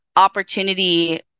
opportunity